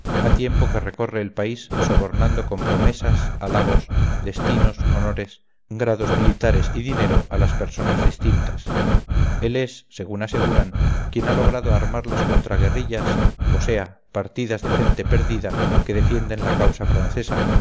ha tiempo que recorre el país sobornando con promesas halagos destinos honores grados militares y dinero a las personas distintas él es según aseguran quien ha logrado armar las contraguerrillas o sea partidas de gente perdida que defienden la causa francesa